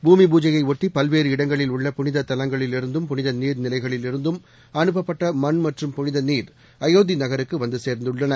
பூமி பூஜையையொட்டி பல்வேறு இடங்களில் உள்ள புனித தலங்களிலிருந்தும் புனித நீர் நிலைகளிலிருந்தும் அனுப்பப்பட்ட மண் மற்றும் புனித நீர் அயோத்தி நகருக்கு வந்து சேர்ந்துள்ளன